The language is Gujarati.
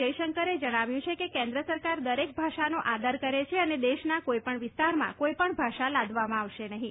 જયશંકરે જણાવ્યું છે કે કેન્દ્ર સરકાર દરેક ભાષાનો આદર કરે છે અને દેશના કોઈ પણ વિસ્તારમાં કોઈ પણ ભાષા લાદવામાં આવશે નહીં